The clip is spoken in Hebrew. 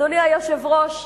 אדוני היושב-ראש,